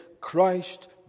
Christ